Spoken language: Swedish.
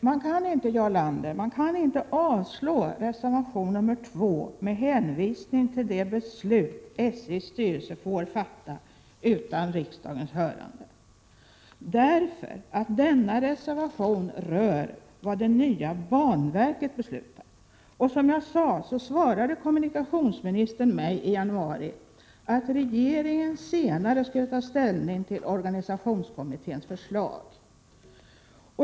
Herr talman! Man kan inte, Jarl Lander, avslå reservation 2 med hänvisning till de beslut som SJ:s styrelse får fatta utan riksdagens hörande. Denna reservation rör ju vad det nya banverket beslutar. Som jag sade svarade kommunikationsministern mig i januari att regeringen senare skulle ta ställning till organisationskommitténs förslag.